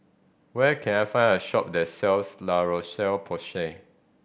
where can I find a shop that sells La Roche Porsay